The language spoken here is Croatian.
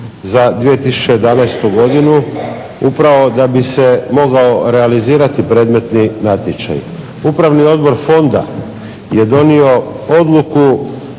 za 2011. godinu upravo da bi se mogao realizirati predmetni natječaj. Upravni odbor fonda je donio odluku